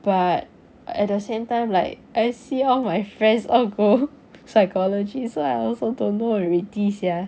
but at the same time like I see all my friends all go psychology so I also don't know already sia